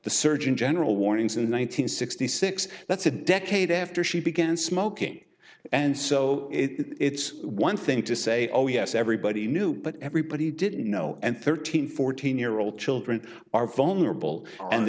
the surgeon general warnings in one thousand nine hundred sixty six that's a decade after she began smoking and so it's one thing to say oh yes everybody knew but everybody didn't know and thirteen fourteen year old children are vulnerable and